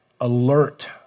alert